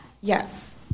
yes